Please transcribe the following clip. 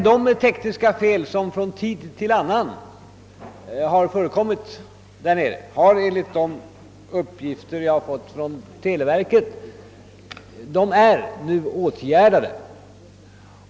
De tekniska fel som från tid till annan förekommit är enligt uppgifter som jag har fått från televerket nu åtgärdade.